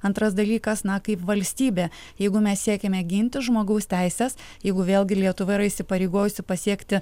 antras dalykas na kaip valstybė jeigu mes siekiame ginti žmogaus teises jeigu vėlgi lietuva yra įsipareigojusi pasiekti